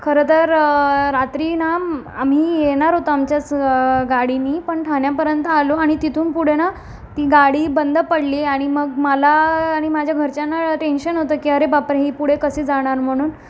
खरं तर रात्री ना आम्ही येणार होतो आमच्याच गाडीनी पण ठान्यापर्यंत आलो आणि तिथून पुढे ना ती गाडी बंद पडली आणि मग मला आणि माझ्या घरच्यांना टेन्शन होतं की अरे बापरे ही पुढे कसे जाणार म्हणून